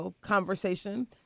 conversation